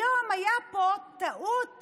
היום הייתה פה טעות